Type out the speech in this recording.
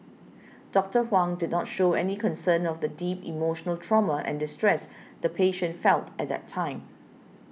Doctor Huang did not show any concern of the deep emotional trauma and distress the patient felt at that time